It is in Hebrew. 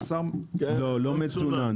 לא, לא מצונן.